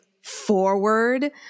forward